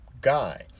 guy